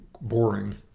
boring